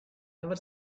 never